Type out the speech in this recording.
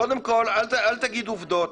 קודם כל, אל תגיד עובדות,